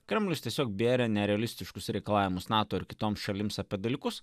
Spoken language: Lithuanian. kremlius tiesiog bėrė nerealistiškus reikalavimus nato ir kitoms šalims apie dalykus